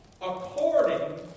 according